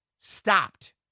stopped